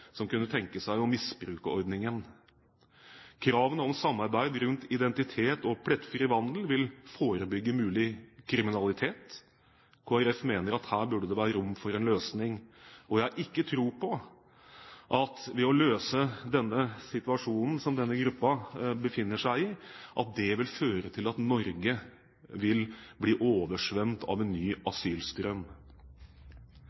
som kunne tenke seg å misbruke ordningen. Kravene om samarbeid rundt identitet og plettfri vandel vil forebygge mulig kriminalitet. Kristelig Folkeparti mener at her burde det være rom for en løsning. Jeg har ikke tro på at det å løse den situasjonen som denne gruppa befinner seg i, vil føre til at Norge blir oversvømt av en ny